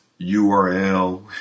URL